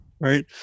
right